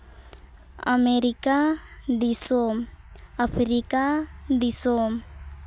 America ᱫᱤᱥᱚᱢ Africa ᱫᱤᱥᱚᱢ